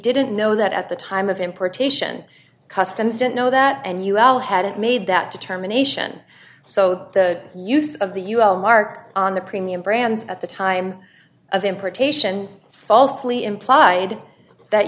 didn't know that at the time of importation customs didn't know that and ul hadn't made that determination so the use of the us mark on the premium brands at the time of importation falsely implied that